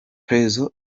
prezzo